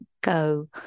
go